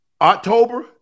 October